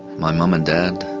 my mum and dad,